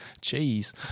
jeez